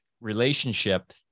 relationship